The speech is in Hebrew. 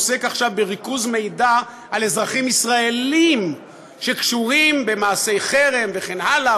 עוסק עכשיו בריכוז מידע על אזרחים ישראלים שקשורים במעשי חרם וכן הלאה,